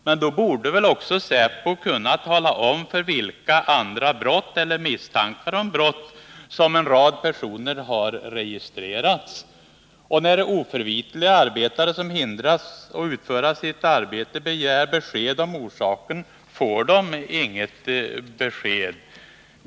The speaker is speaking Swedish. Men då borde också säpo kunna tala om för vilka andra brott eller misstankar om brott som en rad personer har registrerats. När oförvitliga arbetare, som hindras att utföra sitt arbete, begär besked om orsaken får de inget svar.